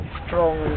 strong